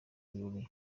birori